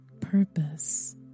purpose